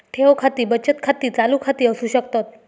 ठेव खाती बचत खाती, चालू खाती असू शकतत